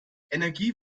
energie